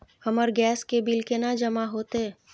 हमर गैस के बिल केना जमा होते?